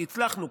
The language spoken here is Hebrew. כי הצלחנו,